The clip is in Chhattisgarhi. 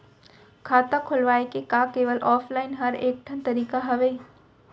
खाता खोलवाय के का केवल ऑफलाइन हर ऐकेठन तरीका हवय?